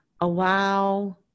Allow